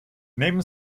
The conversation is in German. neben